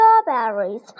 strawberries